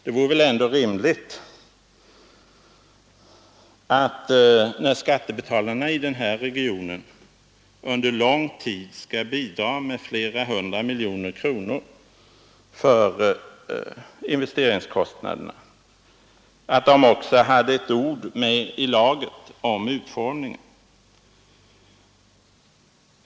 Det vore väl rimligt, när skattebetalarna i den här regionen under lång tid skall bidra med flera hundra miljoner kronor för investeringskostnaderna, att de också fick ett ord med i laget när det gäller utformningen.